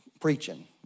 preaching